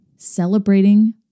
celebrating